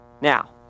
Now